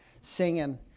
singing